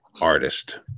artist